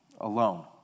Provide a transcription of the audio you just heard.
alone